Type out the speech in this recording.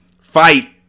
Fight